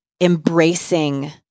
embracing